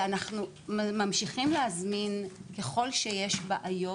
אנחנו ממשיכים להזמין ככל שיש בעיות